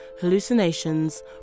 hallucinations